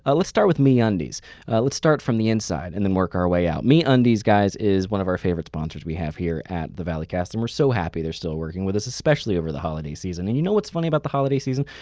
ah let's start with ah meundies, let's start from the inside and then work our way out. ah meundies, guys is one of our favorite sponsors we have here at the valleycast. and we're so happy they're still working with us especially over the holiday season. and you know what's funny about the holiday season?